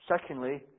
Secondly